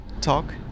talk